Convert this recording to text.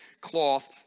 cloth